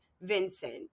Vincent